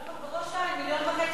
בראש-העין 1.5 מיליון שקל,